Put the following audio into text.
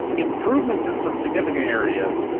improvements in some significant areas,